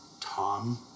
Tom